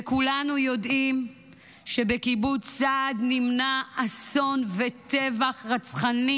וכולנו יודעים שבקיבוץ סעד נמנעו אסון וטבח רצחני